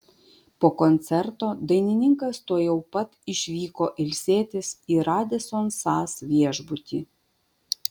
po koncerto dainininkas tuojau pat išvyko ilsėtis į radisson sas viešbutį